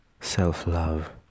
self-love